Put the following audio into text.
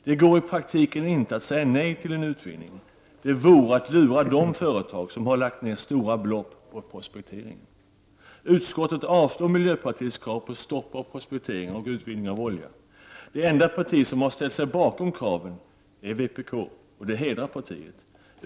Det går i praktiken inte att säga nej till en utvinning. Det vore att lura de företag som har lagt ner stora belopp på prospekteringen. Utskottet avstyrker miljöpartiets krav på ett för prospektering och utvinning av olja. Det enda parti som har ställt sig bakom kraven är vpk. Det hedrar partiet.